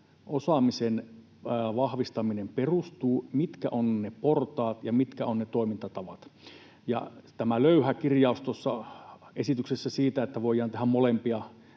osaamisen vahvistaminen perustuu? Mitkä ovat ne portaat, ja mitkä ovat ne toimintatavat? Tämä löyhä kirjaus tuossa esityksessä siitä, että voidaan tehdä molempia